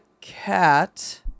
cat